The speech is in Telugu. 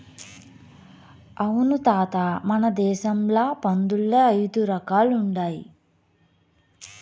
అవును తాత మన దేశంల పందుల్ల ఐదు రకాలుండాయి